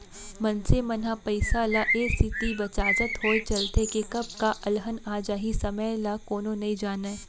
मनसे मन ह पइसा ल ए सेती बचाचत होय चलथे के कब का अलहन आ जाही समे ल कोनो नइ जानयँ